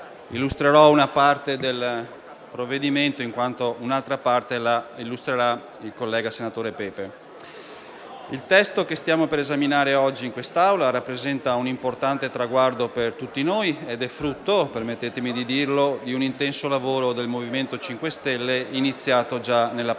Il testo che stiamo per esaminare oggi in quest'Aula rappresenta un importante traguardo per tutti noi ed è frutto - permettetemi di dirlo - di un intenso lavoro del MoVmento 5 Stelle, iniziato già nella passata